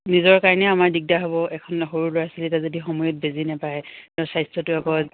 নিজৰ কাৰণেও আমাৰ দিগদাৰ হ'ব এজন সৰু ল'ৰা ছোৱালী এটাই যদি সময়ত বেজী নাপায় স্বাস্থ্যটো